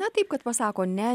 na taip pasako ne